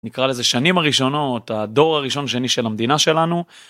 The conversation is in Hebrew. נקרא לזה שנים הראשונות הדור הראשון שני של המדינה שלנו.